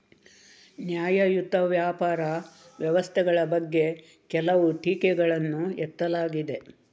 ನ್ಯಾಯಯುತ ವ್ಯಾಪಾರ ವ್ಯವಸ್ಥೆಗಳ ಬಗ್ಗೆ ಕೆಲವು ಟೀಕೆಗಳನ್ನು ಎತ್ತಲಾಗಿದೆ